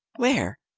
where?